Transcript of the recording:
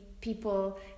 people